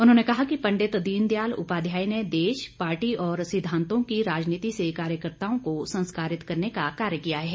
उन्होंने कहा कि पंडित दीनदयाल उपाध्याय ने देश पार्टी और सिद्धांतों की राजनीति से कार्यकर्ताओं को संस्कारित करने का कार्य किया है